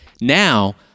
Now